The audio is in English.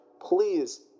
please